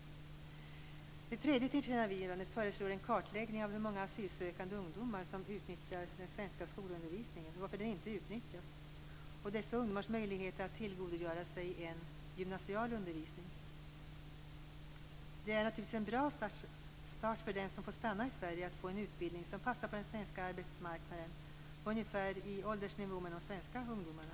I det tredje tillkännagivandet föreslås en kartläggning av hur många asylsökande ungdomar som utnyttjar den svenska skolundervisningen, varför den inte utnyttjas och dessa ungdomars möjligheter att tillgodogöra sig en gymnasial undervisning. Det är naturligtvis en bra start för den som får stanna i Sverige att få en utbildning som passar på den svenska arbetsmarknaden, ungefär i åldersnivå med de svenska ungdomarna.